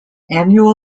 annual